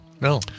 No